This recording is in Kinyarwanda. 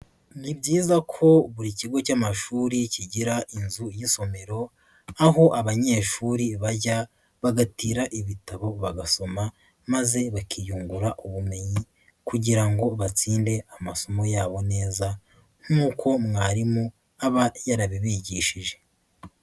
Ni byiza ko buri kigo cy'amashuri kigira inzu y'isomero, aho abanyeshuri bajya, bagatira ibitabo bagasoma maze bakiyungura ubumenyi kugira ngo batsinde amasomo yabo neza nk'uko mwarimu aba yarabibigishije.